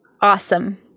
awesome